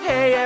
Hey